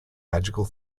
magical